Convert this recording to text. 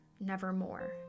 nevermore